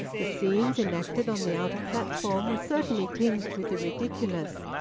the scenes enacted on the outer platform were certainly tinged with the ridiculous,